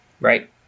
right